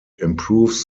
improves